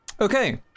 Okay